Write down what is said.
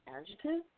Adjective